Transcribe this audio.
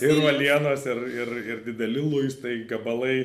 ir uolienos ir ir ir dideli luistai gabalai